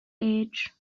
age